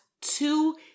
two